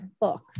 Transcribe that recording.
book